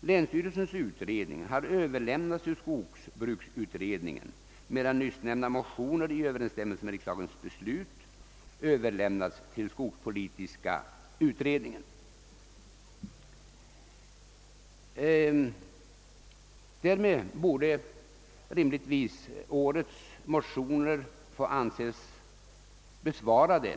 Länsstyrelsens utredning har överlämnats till skogsbruksutredningen medan <mnyssnämnda motioner i överensstämmelse med riksdagens beslut överlämnats till skogspolitiska utredningen.» Därmed borde rimligtvis årets motioner kunna anses besvarade